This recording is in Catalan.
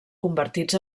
convertits